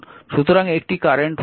সুতরাং একটি কারেন্ট হল i1